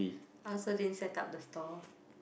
I also din set up the stall